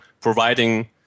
providing